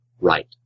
right